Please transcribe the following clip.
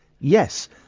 Yes